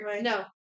No